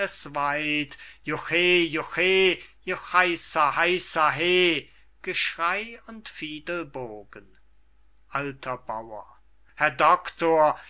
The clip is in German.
heisa he geschrei und fiedelbogen alter bauer herr doctor